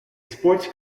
sports